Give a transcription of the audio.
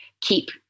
keep